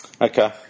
Okay